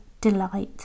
delight